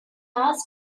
last